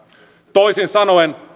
toisin sanoen